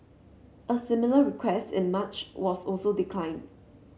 a similar request in March was also declined